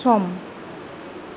सम